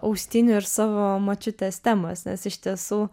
austinių ir savo močiutės temos nes iš tiesų